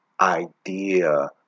idea